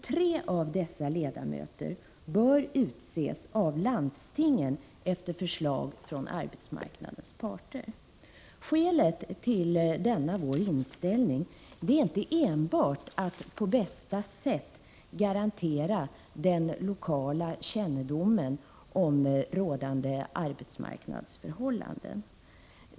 Tre av dessa ledamöter bör utses av landstingen efter förslag från arbetsmarknadens parter. Skälet till denna inställning är inte enbart att vi på bästa sätt vill garantera den lokala kännedomen om rådande arbetsmarknadsförhållanden.